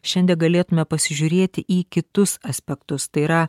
šiandie galėtume pasižiūrėti į kitus aspektus tai yra